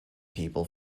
people